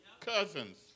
cousins